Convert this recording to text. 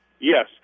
Yes